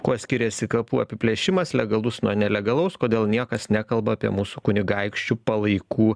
kuo skiriasi kapų apiplėšimas legalus nuo nelegalaus kodėl niekas nekalba apie mūsų kunigaikščių palaikų